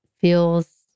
feels